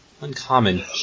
Uncommon